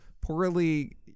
poorly